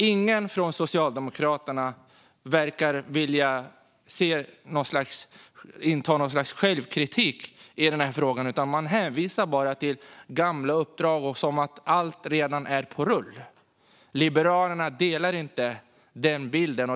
Ingen från Socialdemokraterna verkar vilja uttala något slags självkritik i frågan, utan man hänvisar till gamla uppdrag och att allt redan är på rull. Liberalerna instämmer inte i den bilden.